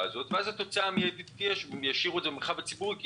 הזאת ואז התוצאה המידית תהיה שהן ישאירו את זה במרחב הציבורי,